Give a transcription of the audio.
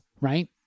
right